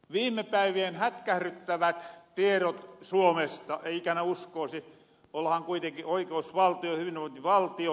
viime päivien hätkähryttäviä tietoja suomesta ei ikänä uskoosi ollahan kuitenkin oikeusvaltio hyvinvointivaltio